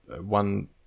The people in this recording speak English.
one